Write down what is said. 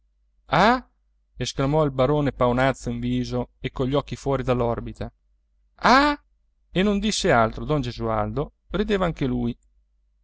esclamò il barone pavonazzo in viso e cogli occhi fuori dell'orbita ah e non disse altro don gesualdo rideva anche lui